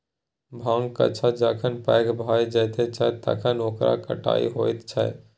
भाँगक गाछ जखन पैघ भए जाइत छै तखन ओकर कटाई होइत छै